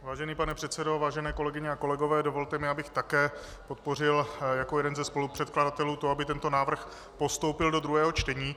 Vážený pane předsedo, vážené kolegyně a kolegové, dovolte mi, abych také podpořil jako jeden ze spolupředkladatelů to, aby tento návrh postoupil do druhého čtení.